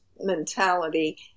mentality